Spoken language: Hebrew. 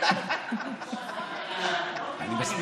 אני מסכים.